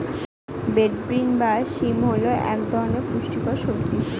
broad bean বা শিম হল এক ধরনের পুষ্টিকর সবজি